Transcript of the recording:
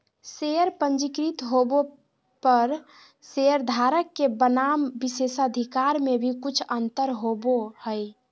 share पंजीकृत होबो पर शेयरधारक के बनाम विशेषाधिकार में भी कुछ अंतर होबो हइ